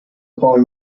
born